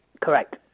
Correct